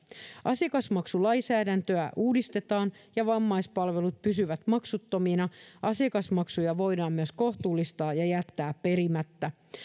asiakasmaksulainsäädäntöä uudistetaan ja vammaispalvelut pysyvät maksuttomina asiakasmaksuja voidaan myös kohtuullistaa ja jättää perimättä